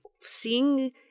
seeing